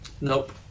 nope